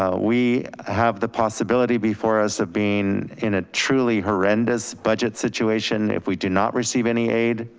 ah we have the possibility before us of been in a truly horrendous budget situation if we do not receive any aid,